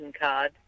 card